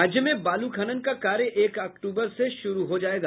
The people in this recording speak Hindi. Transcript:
राज्य में बालू खनन का कार्य एक अक्टूबर से शुरू हो जोयगा